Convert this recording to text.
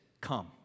come